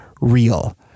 real